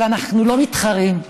אבל אנחנו לא מתחרים,